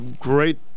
great